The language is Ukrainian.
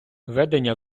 ведення